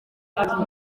rwanda